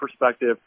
perspective